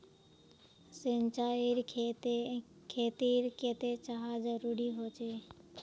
सिंचाईर खेतिर केते चाँह जरुरी होचे?